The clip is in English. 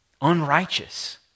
unrighteous